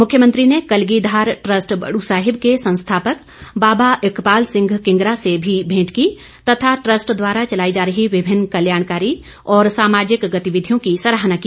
मुख्यमंत्री ने कलगीधार ट्रस्ट बड़ साहिब के संस्थापक बाबा इकबाल सिंह किंगरा से भी भेंट की तथा ट्रस्ट द्वारा चलाई जा रही विभिन्न कल्याणकारी और सामाजिक गतिविधियों की सराहना की